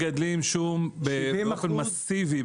הסינים מגדלים שום באופן מסיבי,